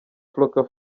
flocka